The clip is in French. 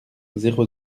zéro